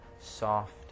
soft